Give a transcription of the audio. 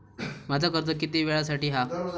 माझा कर्ज किती वेळासाठी हा?